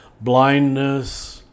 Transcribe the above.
blindness